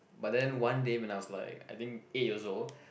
but then one day when I was like I think eight years old